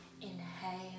inhale